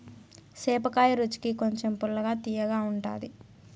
సేపకాయ రుచికి కొంచెం పుల్లగా, తియ్యగా ఉంటాది